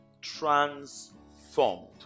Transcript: Transformed